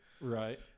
Right